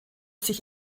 sich